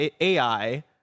AI